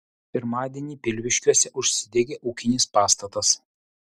pirmadienį pilviškiuose užsidegė ūkinis pastatas